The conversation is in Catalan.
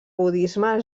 budisme